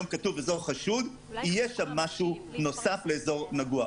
כתוב "אזור חשוד" יהיה שם משהו נוסף לאזור נגוע,